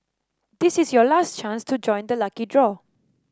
this is your last chance to join the lucky draw